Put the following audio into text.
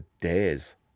days